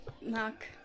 Knock